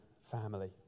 family